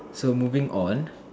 so moving on